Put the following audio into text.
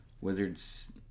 Wizards